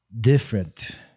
different